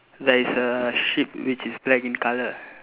there is a sheep which is black in colour